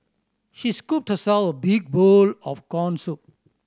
she scooped herself a big bowl of corn soup